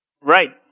right